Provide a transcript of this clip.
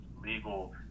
legal